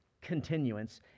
continuance